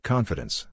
Confidence